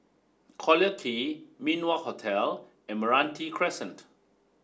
Collyer Key Min Wah Hotel and Meranti Crescent